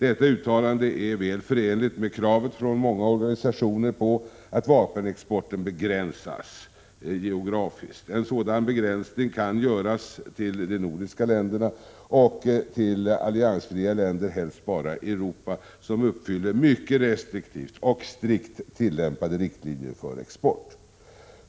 Detta uttalande är väl förenligt med kravet från många organisationer på att vapenexporten begränsas geografiskt. En sådan begränsning kan göras till de nordiska länderna och till alliansfria länder — helst bara i Europa — som uppfyller mycket restriktivt och strikt tillämpade riktlinjer för export.